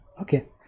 okay